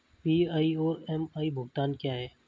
PI और MI भुगतान क्या हैं?